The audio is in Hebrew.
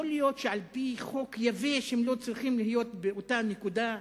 יכול להיות שעל-פי חוק יבש הם לא צריכים להיות באותה נקודה,